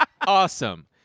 Awesome